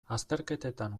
azterketetan